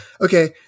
okay